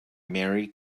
mary